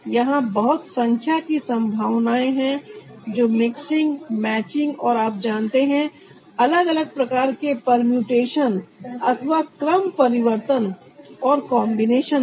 यहां बहुत संख्या की संभावनाएं हैं जो मिक्सिंग मैचिंग और आप जानते हैं अलग अलग प्रकार के परमुटेशन अथवा क्रम परिवर्तन और कॉन्बिनेशन हैं